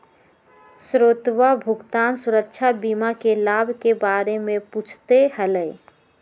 श्वेतवा भुगतान सुरक्षा बीमा के लाभ के बारे में पूछते हलय